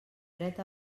dret